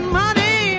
money